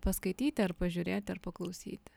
paskaityti ar pažiūrėti ar paklausyti